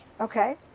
Okay